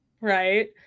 right